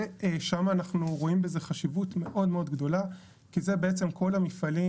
ושם אנחנו רואים בזה חשיבות מאוד גדולה כי זה בעצם כל המפעלים